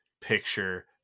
picture